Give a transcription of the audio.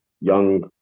young